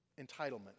Entitlement